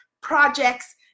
projects